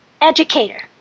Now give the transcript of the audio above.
educator